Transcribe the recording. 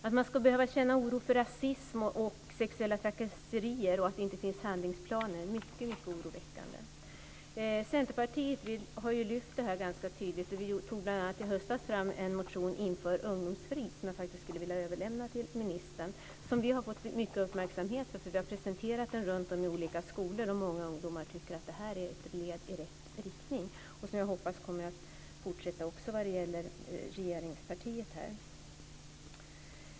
Att de ska behöva känna oro för rasism och sexuella trakasserier och för att det inte finns handlingsplaner är mycket oroväckande. Centerpartiet har lyft fram den här frågan ganska tydligt. Vi tog bl.a. i höstas fram en motion om att man ska införa ungdomsfrid. Jag skulle faktiskt vilja överlämna den till ministern. Vi har fått mycket uppmärksamhet för den. Vi har presenterat den runtom i olika skolor, och många ungdomar tycker att den är ett steg i rätt riktning. Jag hoppas att det här kommer att fortsätta också när det gäller regeringspartiet.